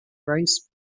rice